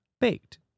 baked